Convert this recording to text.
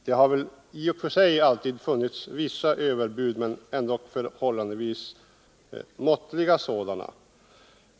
Det har väl i och för sig alltid funnits vissa överbud, men det har ändock varit förhållandevis måttliga sådana.